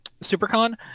supercon